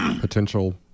potential